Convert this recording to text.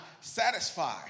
satisfy